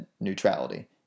neutrality